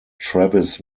travis